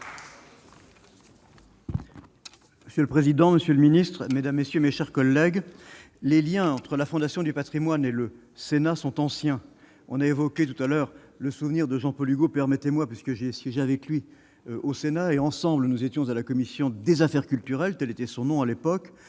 Monsieur le président, monsieur le Ministre Mesdames, messieurs, mes chers collègues, les Liens entre la Fondation du Patrimoine et le Sénat sont anciens, on a évoqué tout à l'heure, le souvenir de Jean Paul Hugot, permettez moi parce que j'ai siégé avec lui au Sénat et ensemble, nous étions à la commission des affaires culturelles, telle était son nom à l'époque,